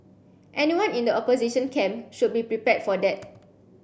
anyone in the opposition camp should be prepared for that